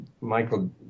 Michael